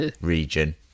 region